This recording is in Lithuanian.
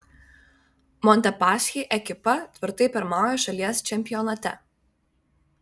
montepaschi ekipa tvirtai pirmauja šalies čempionate